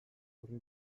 horri